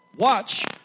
watch